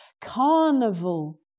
Carnival